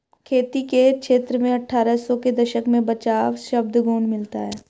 खेती के क्षेत्र में अट्ठारह सौ के दशक में बचाव शब्द गौण मिलता है